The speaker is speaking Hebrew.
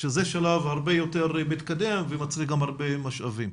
שזה שלב הרבה יותר מתקדם ומצריך גם הרבה משאבים.